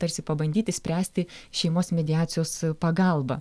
tarsi pabandyti spręsti šeimos mediacijos pagalba